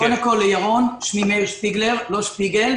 קודם כול, ירון, שמי מאיר שפיגלר ולא שפיגל.